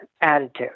attitude